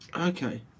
Okay